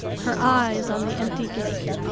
her eyes on the empty gate.